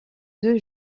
deux